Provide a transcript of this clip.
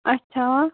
اَچھا